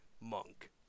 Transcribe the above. Monk